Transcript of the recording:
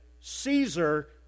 Caesar